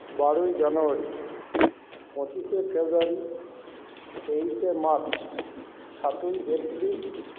বারোই জানুয়ারি পঁচিশে ফেব্রুয়ারি তেইশে মার্চ সাতই এপ্রিল